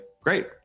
great